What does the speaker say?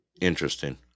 Interesting